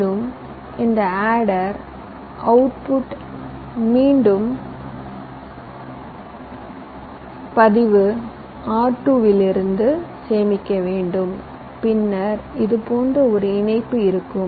மேலும் இந்த ஆடர்ரின் அவுட்புட் மீண்டும் பதிவு R2 இல் சேமிக்க வேண்டும் பின்னர் இது போன்ற ஒரு இணைப்பு இருக்கும்